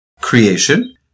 creation